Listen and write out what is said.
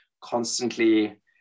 constantly